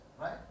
Right